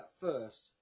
first